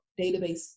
database